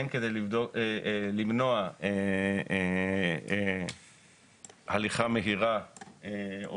הן כדי למנוע הליכה מהירה או